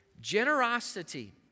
Generosity